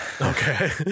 Okay